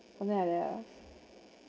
something like that lah